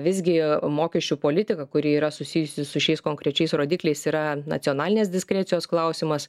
visgi mokesčių politika kuri yra susijusi su šiais konkrečiais rodikliais yra nacionalinės diskrecijos klausimas